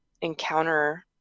encounter